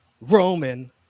Roman